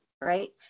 right